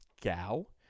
gal